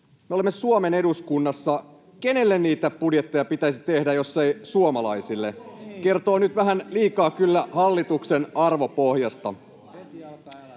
Me olemme Suomen eduskunnassa. Kenelle niitä budjetteja pitäisi tehdä, jos ei suomalaisille? Kertoo nyt vähän liikaa kyllä hallituksen arvopohjasta.